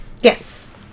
Yes